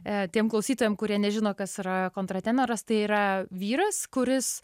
e tiem klausytojam kurie nežino kas yra kontratenoras tai yra vyras kuris